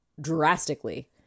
drastically